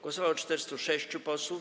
Głosowało 406 posłów.